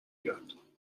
بیاد